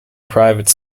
private